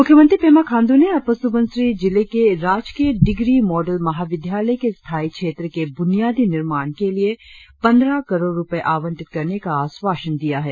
मुख्यमंत्री पेमा खांड्र ने अपर सुबनसिरी जिले के राजकीय डिग्री मॉडल महाविद्यालय के स्थायी क्षेत्र के ब्रुनियादी निर्माण के लिए पंद्रह करोड़ रुपए आवंटित करने का आश्वासन दिया है